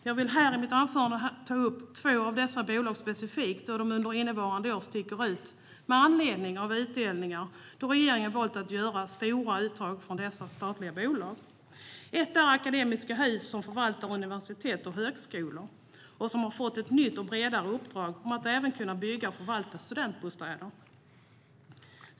Jag vill här i mitt anförande ta upp två av dessa bolag specifikt, då de under innevarande år sticker ut med anledning av stora utdelningar som regeringen har valt att göra från dessa statliga bolag. Ett är Akademiska Hus, som förvaltar universitet och högskolor och som har fått ett bredare uppdrag att även kunna bygga och förvalta studentbostäder.